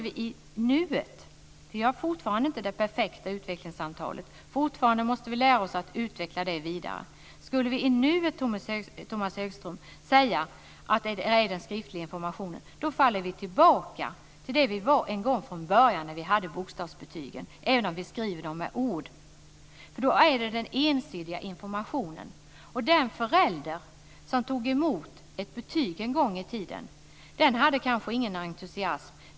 Vi har fortfarande inte det perfekta utvcklingssamtalet. Fortfarande måste vi lära oss att utveckla det vidare. Om vi nu, Tomas Högström, skulle säga att vi ska ha skriftlig information, då faller vi tillbaka till det som vi hade en gång från början då vi hade bokstavsbetygen, även om vi skriver ord. Då är det nämligen en ensidig information. Och den förälder som tog emot ett betyg en gång i tiden hade kanske inte någon entusiasm.